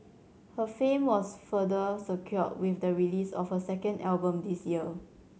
her fame was further secured with the release of her second album this year